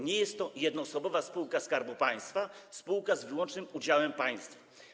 Nie jest to jednoosobowa spółka Skarbu Państwa, spółka z wyłącznym udziałem państwa.